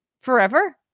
Forever